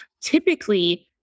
typically